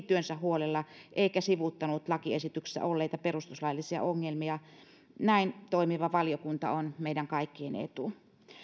työnsä huolella eikä sivuuttanut lakiesityksessä olleita perustuslaillisia ongelmia näin toimiva valiokunta on meidän kaikkien etu